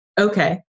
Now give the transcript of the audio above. Okay